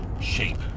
shape